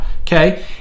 Okay